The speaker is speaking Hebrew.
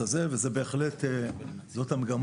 וזאת בהחלט המגמה,